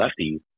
lefties